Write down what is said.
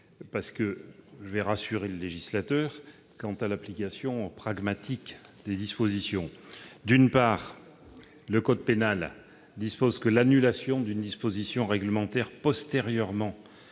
nécessaire. Je veux rassurer le législateur quant à l'application pragmatique des dispositions. D'une part, le code pénal précise que l'annulation d'une disposition réglementaire postérieurement